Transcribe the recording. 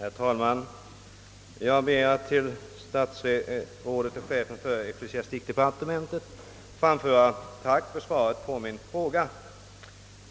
Herr talman! Jag ber att till statsrådet och chefen för ecklesiastikdepartementet få framföra ett tack för svaret på min fråga.